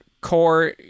core